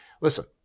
Listen